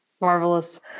Marvelous